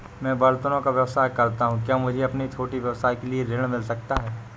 मैं बर्तनों का व्यवसाय करता हूँ क्या मुझे अपने छोटे व्यवसाय के लिए ऋण मिल सकता है?